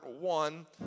one